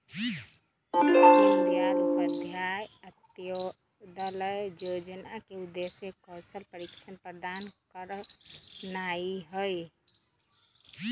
दीनदयाल उपाध्याय अंत्योदय जोजना के उद्देश्य कौशल प्रशिक्षण प्रदान करनाइ हइ